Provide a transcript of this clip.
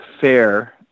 fair